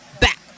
back